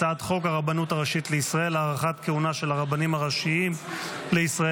הצעת חוק הרבנות הראשית לישראל (הארכת כהונה של הרבנים הראשיים לישראל